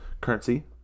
currency